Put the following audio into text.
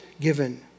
given